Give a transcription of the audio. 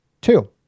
two